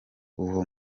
uwo